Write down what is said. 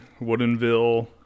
Woodenville